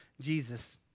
Jesus